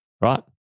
right